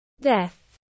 death